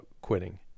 quitting